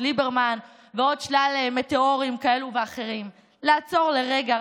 ליברמן ועוד שלל מטאורים כאלה ואחרים: לעצור לרגע,